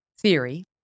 theory